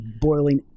boiling